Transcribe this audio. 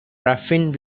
paraffin